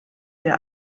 der